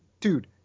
dude